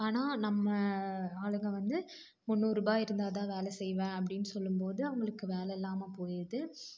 ஆனால் நம்ம ஆளுங்க வந்து முன்னூறுரூபா இருந்தால்தான் வேலை செய்வேன் அப்படின்னு சொல்லும்போது அவங்களுக்கு வேலை இல்லாமல் போயிடுது